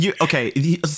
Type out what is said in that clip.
okay